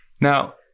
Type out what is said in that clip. now